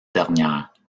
dernières